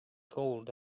cold